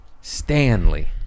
stanley